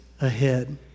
ahead